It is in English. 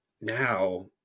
now